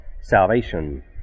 salvation